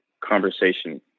conversation